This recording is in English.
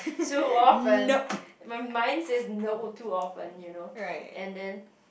too often my mind says no too often you know and then